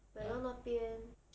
然后那边